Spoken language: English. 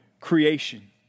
creation